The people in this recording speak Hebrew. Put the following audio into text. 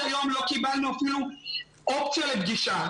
היום לא קיבלנו אפילו אופציה לפגישה.